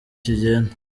kigenda